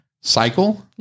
cycle